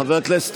חבר הכנסת